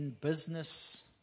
business